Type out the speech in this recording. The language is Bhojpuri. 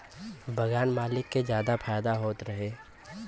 बगान मालिक के जादा फायदा होत रहे